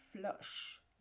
flush